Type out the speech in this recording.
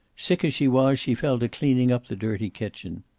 sick as she was, she fell to cleaning up the dirty kitchen.